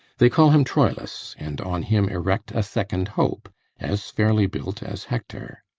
they call him troilus, and on him erect a second hope as fairly built as hector.